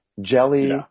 jelly